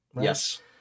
Yes